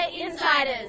Insiders